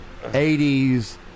80s